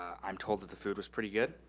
i'm told that the food was pretty good,